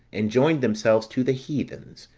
and joined themselves to the heathens,